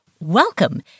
Welcome